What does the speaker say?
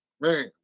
man